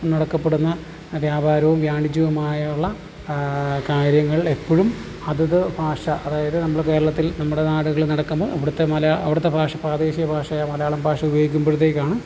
നടത്തപ്പെടുന്ന വ്യാപാരവും വ്യാണിജ്യവുമായുള്ള കാര്യങ്ങൾ എപ്പോഴും അതത് ഭാഷ അതായത് നമ്മൾ കേരളത്തിൽ നമ്മുടെ നാടുകളിൽ നടക്കുമ്പോൾ ഇവിടുത്തെ അവിടുത്തെ ഭാഷ പ്രാദേശികഭാഷയായ മലയാളം ഭാഷ ഉപയോഗിക്കുമ്പോഴത്തേക്കാണ്